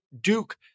Duke